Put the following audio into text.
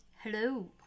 Hello